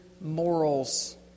morals